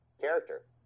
character